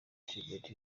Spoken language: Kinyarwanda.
tribert